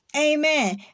Amen